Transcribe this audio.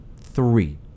Three